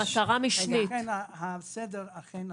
ולכן הסדר אכן נכון.